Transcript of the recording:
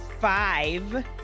five